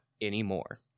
anymore